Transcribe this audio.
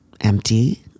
empty